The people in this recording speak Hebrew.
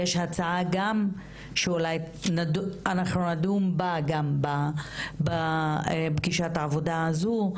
יש הצעה שאנחנו נדון בה גם בפגישת העבודה הזו,